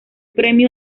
premio